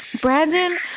Brandon